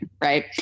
Right